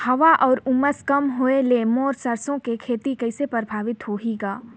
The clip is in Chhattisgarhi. हवा म उमस कम होए ले मोर सरसो के खेती कइसे प्रभावित होही ग?